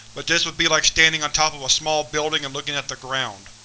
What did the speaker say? but this would be like standing on top of a small building and looking at the ground.